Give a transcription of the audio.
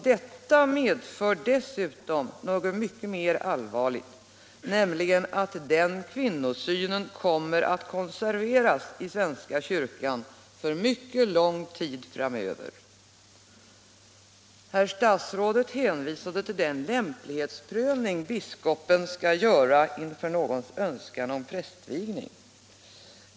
Detta medför i sin tur något mycket allvarligare, nämligen att den kvinnosynen kommer att konserveras i den svenska kyrkan för mycket lång tid framöver. Herr statsrådet hänvisade till den lämplighetsprövning biskopen skall göra inför någons önskan om prästvigning.